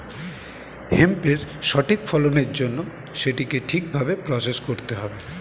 হেম্পের সঠিক ফলনের জন্য সেটিকে ঠিক ভাবে প্রসেস করতে হবে